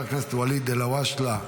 חבר הכנסת ואליד אלהואשלה,